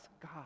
God